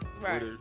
right